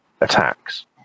attacks